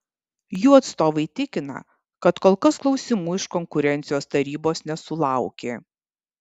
jų atstovai tikina kad kol kas klausimų iš konkurencijos tarybos nesulaukė